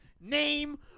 name